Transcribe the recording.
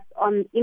on